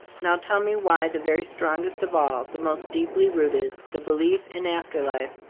now tell me why the very strongest of all, the most deeply rooted, the belief in after life,